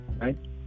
right